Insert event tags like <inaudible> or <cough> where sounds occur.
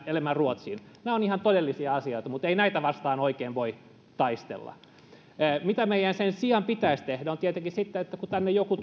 enemmän ruotsiin nämä ovat ihan todellisia asioita mutta ei näitä vastaan oikein voi taistella mitä meidän sen sijaan pitäisi tehdä niin tietenkin kun tänne joku <unintelligible>